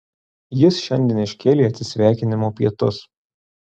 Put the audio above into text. jis šiandien iškėlė atsisveikinimo pietus